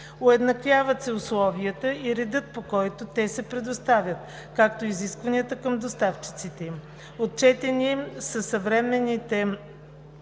Уеднаквяват се условията и редът, по които те се предоставят, както и изискванията към доставчиците им. Отчетени са съвременните